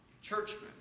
churchmen